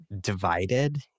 divided